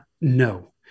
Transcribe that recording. no